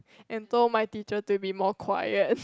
and told my teacher to be more quiet